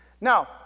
Now